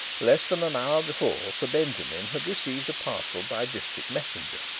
less than an hour before sir benjamin had received a parcel by district messenger.